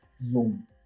Zoom